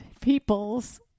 people's